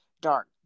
dark